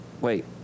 wait